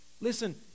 Listen